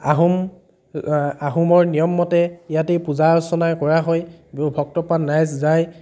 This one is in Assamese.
আহোম আহোমৰ নিয়ম মতে ইয়াতেই পূজা অৰ্চনা কৰা হয় ভক্তপ্ৰাণ ৰাইজ যায়